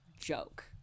joke